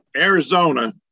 Arizona